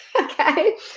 Okay